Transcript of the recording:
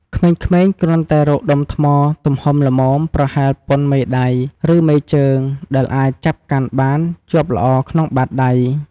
ក្មេងៗគ្រាន់តែរកដុំថ្មទំហំល្មមប្រហែលប៉ុនមេដៃ ឬមេជើង ដែលអាចចាប់កាន់បានជាប់ល្អក្នុងបាតដៃ។